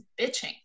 bitching